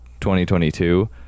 2022